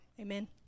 Amen